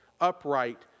upright